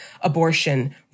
abortion